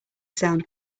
sound